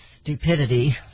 stupidity